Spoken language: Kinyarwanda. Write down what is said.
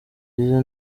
byiza